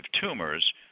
tumors